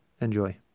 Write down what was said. enjoy